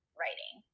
writing